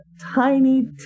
tiny